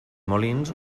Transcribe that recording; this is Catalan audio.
molins